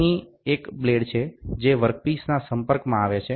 અહીં એક બ્લેડ છે જે વર્કપીસના સંપર્કમાં આવે છે